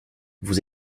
vous